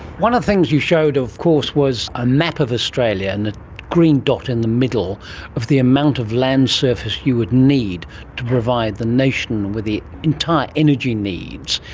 one of the things you showed of course was a map of australia and a green dot in the middle of the amount of land surface you would need to provide the nation with the entire energy needs.